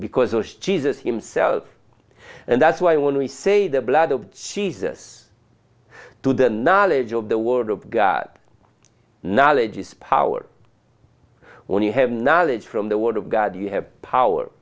because jesus himself and that's why when we say the blood of jesus to the knowledge of the word of god knowledge is power when you have knowledge from the word of god you have power